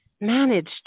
managed